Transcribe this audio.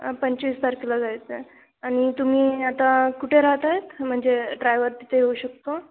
पंचवीस तारखेला जायचं आहे आणि तुम्ही आता कुठे राहत आहेत म्हणजे ड्रायवर तिथे येऊ शकतो